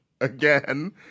Again